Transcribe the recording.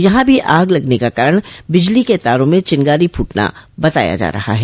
यहां भी आग लगने का कारण बिजली के तारों में चिनगारी फूटना बताया जा रहा है